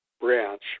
branch